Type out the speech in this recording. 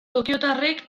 tokiotarrek